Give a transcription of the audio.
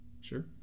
sure